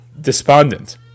despondent